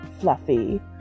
fluffy